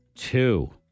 Two